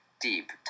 deep